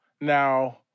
now